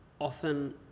often